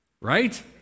Right